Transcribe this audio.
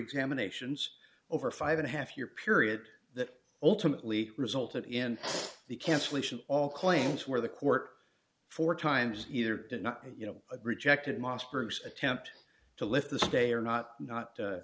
nominations over five and a half year period that ultimately resulted in the cancellation all claims where the court four times either did not you know rejected mossberg attempt to lift the stay or not not